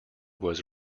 was